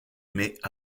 mais